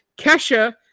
Kesha